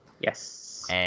Yes